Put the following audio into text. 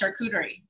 charcuterie